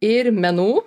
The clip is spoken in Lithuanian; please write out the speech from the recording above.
ir menų